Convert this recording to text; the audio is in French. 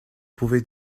pouvait